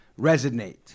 resonate